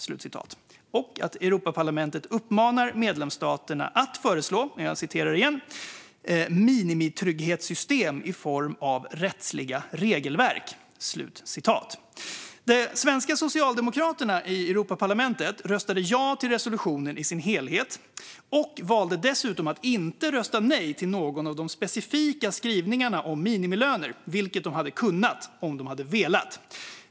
Det står också att Europaparlamentet uppmanar medlemsstaterna att föreslå minimitrygghetssystem i form av rättsliga regelverk. De svenska socialdemokraterna i Europaparlamentet röstade ja till resolutionen i dess helhet och valde dessutom att inte rösta nej till någon av de specifika skrivningarna om minimilöner, vilket de hade kunnat göra om de hade velat.